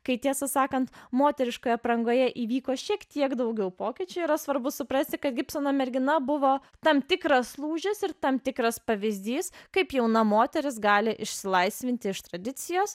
kai tiesą sakant moteriškoj aprangoje įvyko šiek tiek daugiau pokyčių yra svarbu suprasti kad gibsono mergina buvo tam tikras lūžis ir tam tikras pavyzdys kaip jauna moteris gali išsilaisvinti iš tradicijos